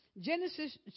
Genesis